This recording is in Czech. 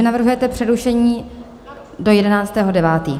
Navrhujete přerušení do 11. 9.